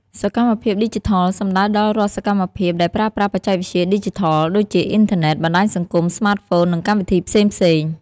សកម្មភាពឌីជីថល សំដៅដល់រាល់សកម្មភាពដែលប្រើប្រាស់បច្ចេកវិទ្យាឌីជីថល ដូចជាអ៊ីនធឺណិត បណ្ដាញសង្គម ស្មាតហ្វូន និងកម្មវិធីផ្សេងៗ។